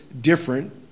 different